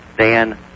Dan